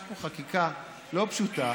יש פה חקיקה לא פשוטה,